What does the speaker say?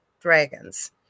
dragons